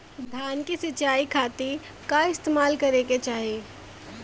धान के सिंचाई खाती का इस्तेमाल करे के चाही?